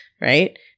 right